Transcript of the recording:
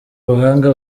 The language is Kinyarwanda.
ubuhanga